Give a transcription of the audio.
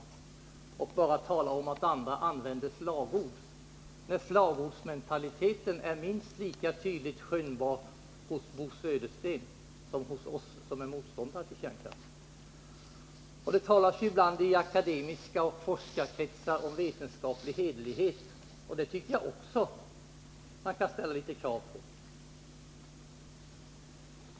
Bo Södersten talar bara om att andra använder slagord, men slagordsmentaliteten är minst lika tydligt skönjbar hos Bo Södersten som hos oss som är motståndare till kärnkraft. Det talas ibland i akademiska kretsar och forskarkretsar om vetenskaplig hederlighet, och det tycker jag också man kan ställa vissa krav på.